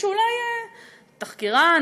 תחקירן,